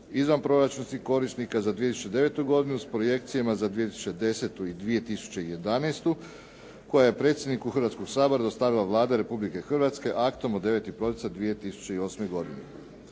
izvan proračunskih korisnika za 2009. godinu s projekcijama za 2010. i 2011. koja je predsjedniku Hrvatskog sabora dostavila Vlada Republike Hrvatske aktom od 9. prosinca 2008. godine.